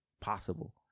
possible